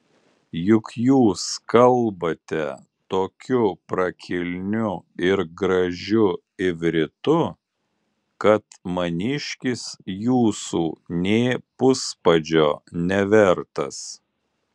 juk jūs kalbate tokiu prakilniu ir gražiu ivritu kad maniškis jūsų nė puspadžio nevertas